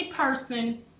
person